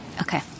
Okay